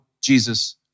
jesus